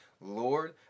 Lord